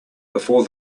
before